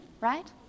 right